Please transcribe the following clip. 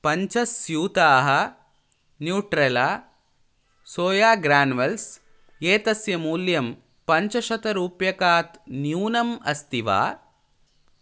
पञ्चस्यूताः Nutrela soya granules एतस्य मूल्यं पञ्चशतरुप्यकात् न्यूनम् अस्ति वा